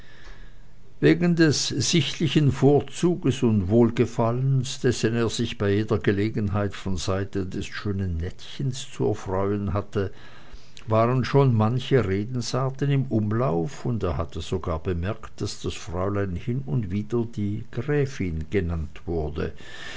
wegen des sichtlichen vorzuges und wohlgefallens dessen er sich bei jeder gelegenheit von seite des schönen nettchens zu erfreuen hatte waren schon manche redensarten im umlauf und er hatte sogar bemerkt daß das fräulein hin und wieder die gräfin genannt wurde